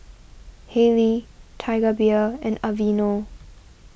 Haylee Tiger Beer and Aveeno